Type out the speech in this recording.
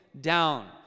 down